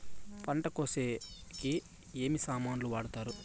పంట కోసేకి ఏమి సామాన్లు వాడుతారు?